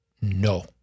no